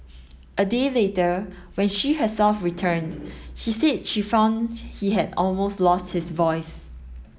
a day later when she herself returned she said she found he had almost lost his voice